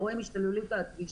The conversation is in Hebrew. ורואים השתוללות על הכביש.